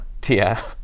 Tia